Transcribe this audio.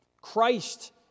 Christ